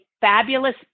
fabulous